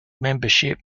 membership